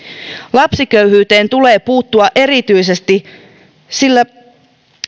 lapsiköyhyyteen tulee puuttua erityisesti sillä